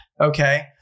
okay